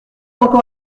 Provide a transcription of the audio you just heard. encore